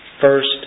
first